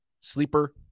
Sleeper